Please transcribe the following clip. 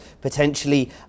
potentially